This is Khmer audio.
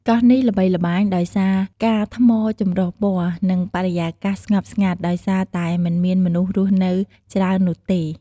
កោះនេះល្បីល្បាញដោយសារ ផ្កាថ្មចម្រុះពណ៌ និងបរិយាកាសស្ងប់ស្ងាត់ ដោយសារតែមិនមានមនុស្សរស់នៅច្រើននោះទេ។